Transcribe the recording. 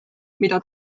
mida